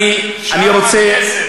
שם הכסף, בגז.